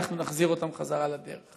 אנחנו נחזיר אותם בחזרה לדרך.